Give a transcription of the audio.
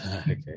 Okay